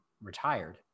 retired